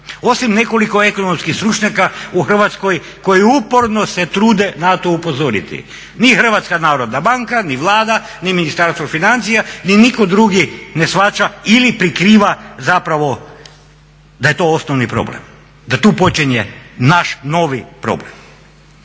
osim nekoliko ekonomskih stručnjaka u Hrvatskoj koji uporno se trude na to upozoriti. Ni HNB ni Vlada ni Ministarstvo financija ni itko drugi ne shvaća ili prikriva zapravo da je to osnovni problem, da tu počinje naš novi problem.